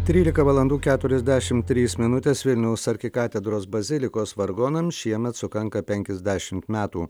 trylika valandų keturiasdešim trys minutės vilniaus arkikatedros bazilikos vargonams šiemet sukanka penkiasdešimt metų